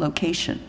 location